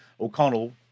O'Connell